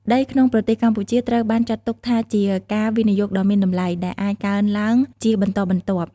ដីក្នុងប្រទេសកម្ពុជាត្រូវបានចាត់ទុកថាជាការវិនិយោគដ៏មានតម្លៃ ដែលអាចកើនឡើងជាបន្តបន្ទាប់។